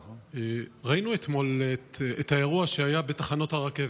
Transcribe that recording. ראינו אתמול את האירוע שהיה בתחנות הרכבת.